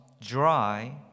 dry